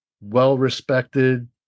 well-respected